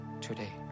today